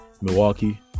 Milwaukee